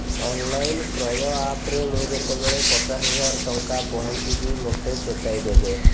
online କ୍ରୟ ଆପ୍ରେ ମୁଁ ଯେତେବେଳେ ପଚାଶ ହଜାର ଟଙ୍କା ପହଞ୍ଚିବି ମୋତେ ଚେତାଇଦେବ